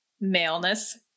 maleness